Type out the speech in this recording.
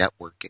networking